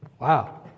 Wow